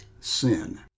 sin